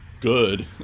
good